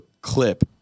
clip